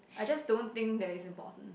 I just don't think that's important